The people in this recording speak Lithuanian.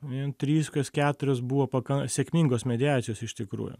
vien trys keturios buvo pakan sėkmingos mediacijos iš tikrųjų